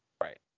right